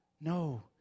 No